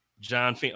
john